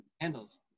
handles